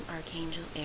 Archangel